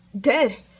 dead